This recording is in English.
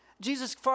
Jesus